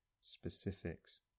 specifics